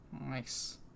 Nice